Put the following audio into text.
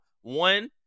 one